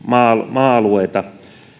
maa alueita